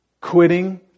quitting